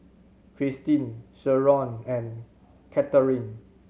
Kristin Sherron and Catharine